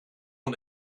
van